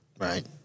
Right